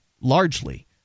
largely